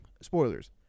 Spoilers